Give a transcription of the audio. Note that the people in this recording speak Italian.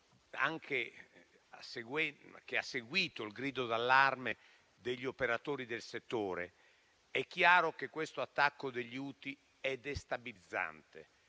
quella che ha seguito il grido d'allarme degli operatori del settore. È chiaro che l'attacco degli Houti è destabilizzante